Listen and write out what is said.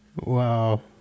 wow